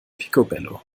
picobello